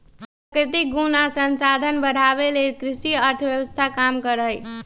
प्राकृतिक गुण आ संसाधन बढ़ाने लेल कृषि अर्थव्यवस्था काम करहइ